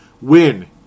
win